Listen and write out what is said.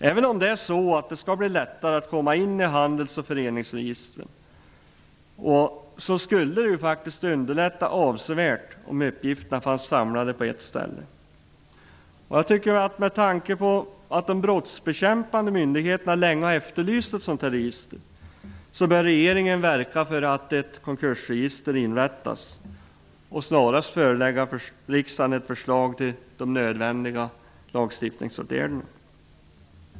Även om det skall bli lättare att komma in i handels och föreningsregistren skulle det faktiskt underlätta avsevärt om uppgifterna fanns samlade på ett ställe. Med tanke på att de brottsbekämpande myndigheterna länge har efterlyst ett sådant register bör regeringen verka för att ett konkursregister inrättas och snarast förelägga riksdagen ett förslag till de nödvändiga lagstiftningsåtgärderna.